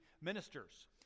ministers